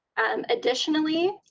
um additionally,